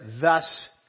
thus